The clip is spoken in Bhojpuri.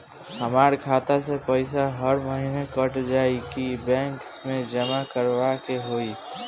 हमार खाता से पैसा हर महीना कट जायी की बैंक मे जमा करवाए के होई?